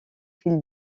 fil